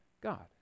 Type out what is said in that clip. God